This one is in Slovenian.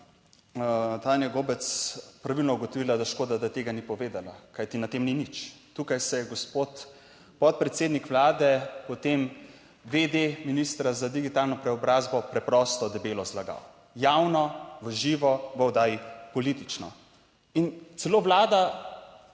Tanja Gobec pravilno ugotovila, da škoda, da tega ni povedala, kajti na tem ni nič. Tukaj se je gospod podpredsednik Vlade potem vede ministra za digitalno preobrazbo preprosto debelo zlagal. Javno, v živo v oddaji Politično in celo Vlada